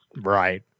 Right